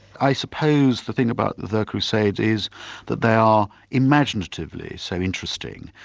i suppose the thing about the crusades is that they are imaginatively so interesting,